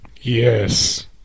Yes